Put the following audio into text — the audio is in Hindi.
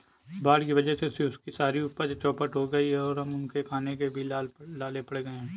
बाढ़ के वजह से शिव की सारी उपज चौपट हो गई और अब उनके खाने के भी लाले पड़ गए हैं